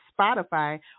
Spotify